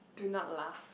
do not lah